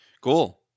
Cool